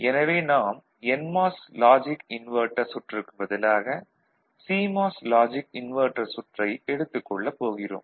எனவே நாம் NMOS logic inverter சுற்றுக்குப் பதிலாக சிமாஸ் லாஜிக் இன்வெர்ட்டர் சுற்றை எடுத்துக் கொள்ளப் போகிறோம்